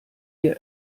mir